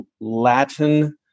Latin